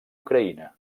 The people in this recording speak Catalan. ucraïna